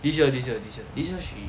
this year this year this year this year she